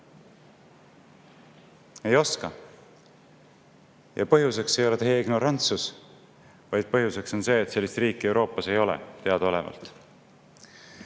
Ei oska. Ja põhjuseks ei ole teie ignorantsus, vaid põhjuseks on see, et sellist riiki Euroopas teadaolevalt